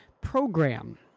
program